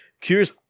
curious